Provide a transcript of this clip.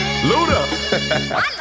Luda